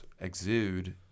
exude